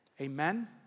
Amen